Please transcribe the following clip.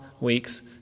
week's